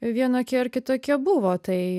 vienokie ar kitokie buvo tai